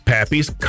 Pappy's